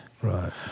Right